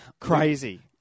Crazy